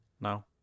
now